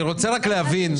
אני רוצה להבין,